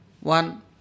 One